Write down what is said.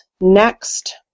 next